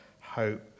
hope